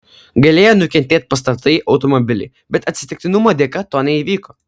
galėjo nukentėt pastatai automobiliai bet atsitiktinumo dėka to neįvyko